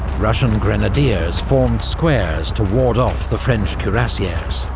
russian grenadiers formed squares to ward off the french cuirassiers,